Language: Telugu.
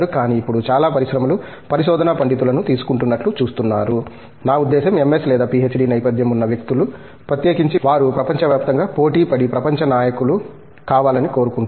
కానీ ఇప్పుడు చాలా పరిశ్రమలు పరిశోధనా పండితులను తీసుకుంటున్నట్లు చూస్తున్నారు నా ఉద్దేశ్యం ఎంఎస్ లేదా పిహెచ్డి నేపథ్యం ఉన్న వ్యక్తులు ప్రత్యేకించి వారు ప్రపంచవ్యాప్తంగా పోటీపడి ప్రపంచ నాయకులు కావాలని కోరుకుంటారు